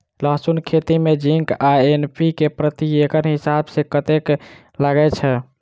लहसून खेती मे जिंक आ एन.पी.के प्रति एकड़ हिसाब सँ कतेक लागै छै?